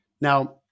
Now